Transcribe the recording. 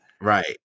Right